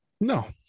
No